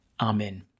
Amen